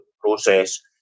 process